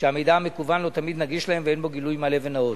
שהמידע המקוון לא תמיד נגיש להם ואין בו גילוי מלא ונאות.